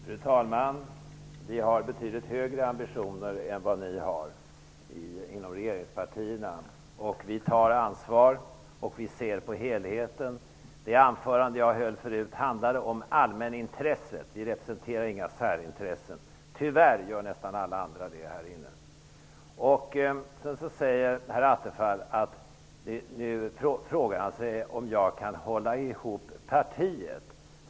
Fru talman! Vi har betydligt högre ambitioner än vad ni har inom regeringspartierna. Vi tar ansvar, och vi ser till helheten. Det anförande jag höll tidigare handlade om allmänintresset. Vi representerar inga särintressen. Tyvärr gör nästan alla andra det här inne. Herr Attefall frågar sig om jag kan hålla ihop partiet.